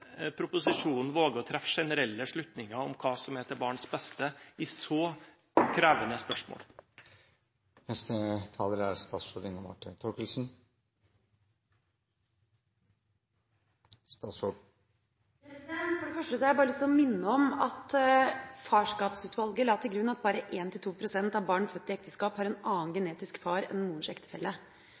proposisjonen våger å treffe generelle slutninger om hva som er til barnets beste i så krevende spørsmål. For det første har jeg lyst til å minne om at Farskapsutvalget la til grunn at bare 1–2 pst. av barn født i ekteskap har en annen genetisk far enn morens ektefelle.